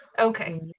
Okay